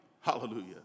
Hallelujah